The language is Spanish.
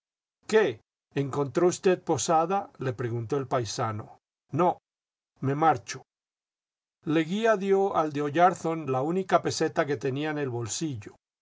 iqué encontró usted posada le preguntó el paisano no me marcho leguía dio al de oyarzum la única peseta que tenía en el bolsillo